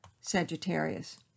Sagittarius